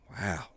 Wow